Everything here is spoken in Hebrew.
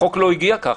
החוק לא הגיע ככה.